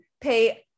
pay